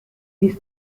this